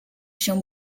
się